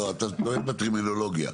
טועה בטרמינולוגיה.